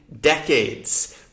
decades